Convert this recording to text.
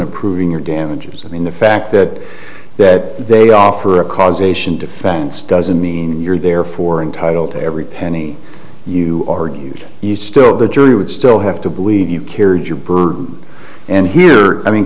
of proving your damages i mean the fact that that they offer a causation defense doesn't mean you're therefore entitled to every penny you are giving you still the jury would still have to believe you care if you burn and here i mean